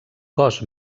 cos